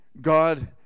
God